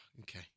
Okay